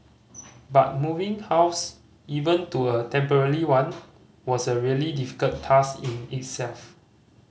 but moving house even to a temporary one was a really difficult task in itself